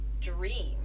dream